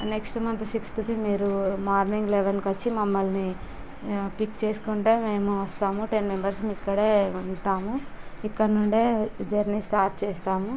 next month సిక్స్త్కి మీరు morning లెవెన్కి వచ్చి మమ్మల్ని పిక్ చేసుకుంటే మేము వస్తాము టెన్ మెంబెర్స్ ఇక్కడే ఉంటాము ఇక్కడ నుండే జర్నీ స్టార్ట్ చేస్తాము